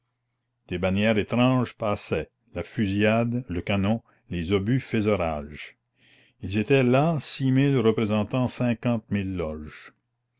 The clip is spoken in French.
des bannières étranges passaient la fusillade le canon les obus faisaient rage ils étaient là six mille représentant cinquante mille loges